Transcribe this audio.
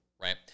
right